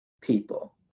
people